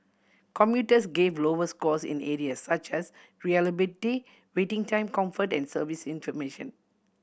commuters gave lower scores in areas such as reliability waiting time comfort and service information